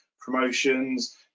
promotions